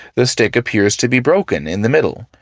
the stick appears to be broken in the middle,